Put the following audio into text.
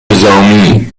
نظامی